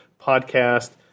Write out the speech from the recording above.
podcast